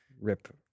RIP